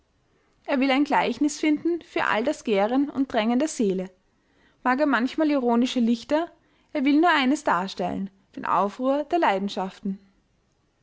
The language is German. er will ein gleichnis finden für all das gären und drängen der seele mag er manchmal ironische lichter er will nur eines darstellen den aufruhr der leidenschaften